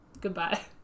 Goodbye